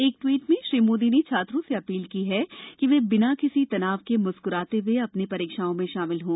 एक ट्वीट में श्री मोदी ने छात्रों से अपील की कि वे बिना किसी तनाव के मुस्कुराते हए अपनी परीक्षाओं में शामिल हों